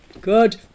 Good